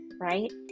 right